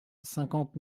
cinquante